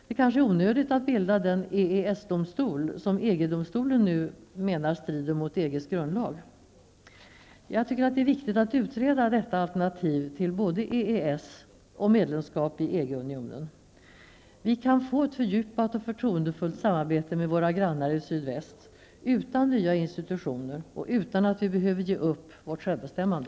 Det är kanske onödigt att bilda den EES domstol som EG-domstolen nu menar strider mot Det är viktigt att utreda detta alternativ till både EES och medlemskap i EG-unionen. Vi kan få ett fördjupat och förtroendefullt samarbete med våra grannar i sydväst, utan nya institutioner och utan att vi behöver ge upp vårt självbestämmande.